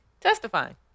testifying